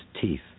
teeth